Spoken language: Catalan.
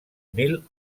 mil